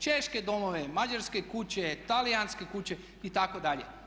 Češke domove, mađarske kuće, talijanske kuće itd.